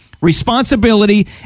responsibility